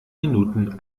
minuten